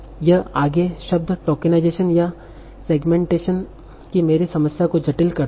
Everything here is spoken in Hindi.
यह आगे शब्द टोकनाइजेशन या सेगमेंटेशन की मेरी समस्या को जटिल करता है